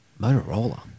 Motorola